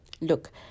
Look